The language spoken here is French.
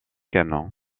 canon